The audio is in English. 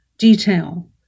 Detail